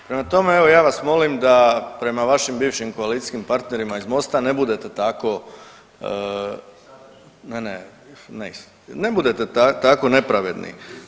Prema tome evo ja vas molim da prema vašim bivšim koalicijskim partnerima iz MOST-a ne budete tako … [[Upadica: Ne razumije se.]] ne, ne, ne budete tako nepravedni.